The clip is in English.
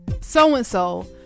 so-and-so